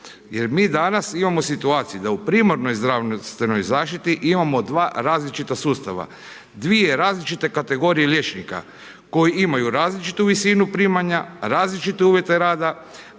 Jer mi danas imamo situaciju da u primarnoj zdravstvenoj zaštiti imamo dva različita sustava, dvije različite kategorije liječnika koji imaju različitu visinu primanja, različite uvjete rada,